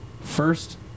First